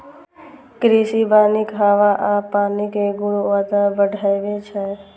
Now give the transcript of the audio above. कृषि वानिक हवा आ पानिक गुणवत्ता बढ़बै छै